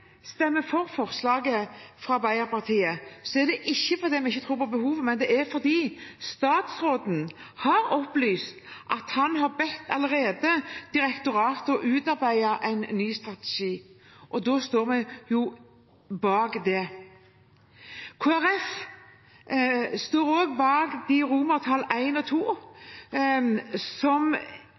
for forslaget fra Arbeiderpartiet, er det ikke fordi vi ikke tror på behovet, men fordi statsråden har opplyst at han, allerede, har bedt direktoratet om å utarbeide en ny strategi, og da stiller vi oss bak det. Kristelig Folkeparti stiller seg også bak innstillingens forslag til vedtak, I og